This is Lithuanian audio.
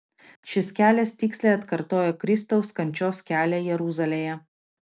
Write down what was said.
šis kelias tiksliai atkartoja kristaus kančios kelią jeruzalėje